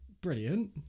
brilliant